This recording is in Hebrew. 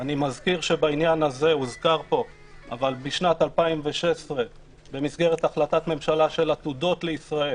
אני מזכיר שבעניין הזה בשנת 2016 במסגרת החלטת ממשלה של עתודות לישראל